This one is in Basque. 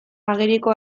ageriko